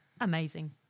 Amazing